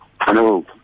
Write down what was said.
hello